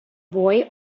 boy